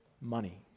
money